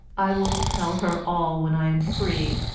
i will tell her all when i am free,